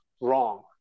wrong